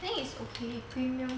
think it's okay premium quality